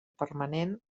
permanent